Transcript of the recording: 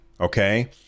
okay